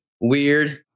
weird